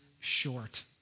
short